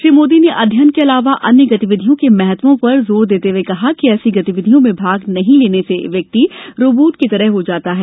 श्री मोदी ने अध्ययन के अलावा अन्य गतिविधियों के महत्वो पर जोर देते हुए कहा कि ऐसी गतिविधियां में भाग नहीं लेने से व्यक्ति रॉबोट की तरह हो जाता है